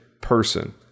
person